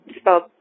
spelled